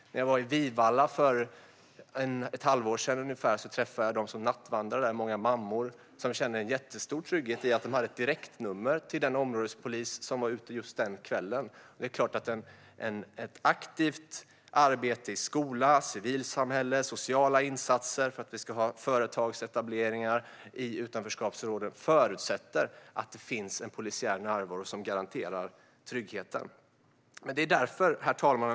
Jag var i Vivalla för ett halvår sedan och träffade de som nattvandrar där. Många var mammor, och de kände en stor trygghet i att de hade ett direktnummer till den områdespolis som var ute just den kvällen. En förutsättning för ett aktivt arbete i skola och civilsamhälle med sociala insatser för företagsetablering i utanförskapsområden är en polisiär närvaro som garanterar tryggheten. Herr talman!